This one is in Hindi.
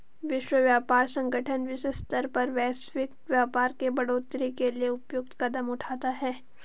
विश्व व्यापार संगठन विश्व स्तर पर वैश्विक व्यापार के बढ़ोतरी के लिए उपयुक्त कदम उठाता है